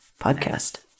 podcast